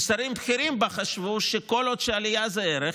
כי שרים בכירים בה חשבו שכל עוד עלייה זה ערך,